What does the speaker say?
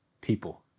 people